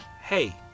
Hey